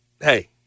hey